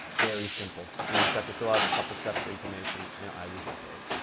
very simple. so, they just have to fill out a couple steps information and i will get paid.